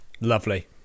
lovely